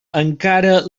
encara